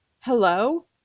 hello